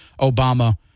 Obama